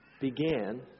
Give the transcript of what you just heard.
began